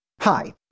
Hi